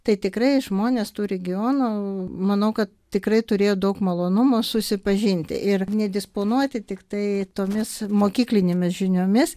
tai tikrai žmonės tų regionų manau kad tikrai turėjo daug malonumų susipažinti ir nedisponuoti tiktai tomis mokyklinėmis žiniomis